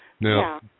Now